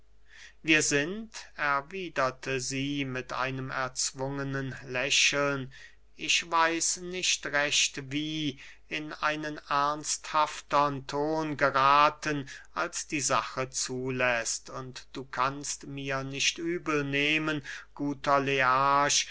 wir sind erwiederte sie mit einem erzwungenen lächeln ich weiß nicht recht wie in einen ernsthaftern ton gerathen als die sache zuläßt und du kannst mir nicht übel nehmen guter learch